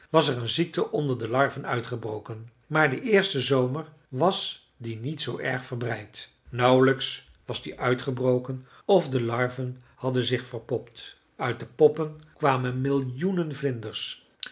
was er een ziekte onder de larven uitgebroken maar den eersten zomer was die niet erg verbreid nauwlijks was die uitgebroken of de larven hadden zich verpopt uit de poppen kwamen millioenen vlinders